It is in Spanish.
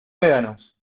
médanos